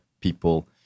people